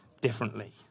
differently